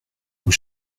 vous